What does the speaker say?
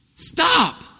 stop